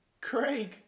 Craig